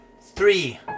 three